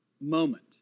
moment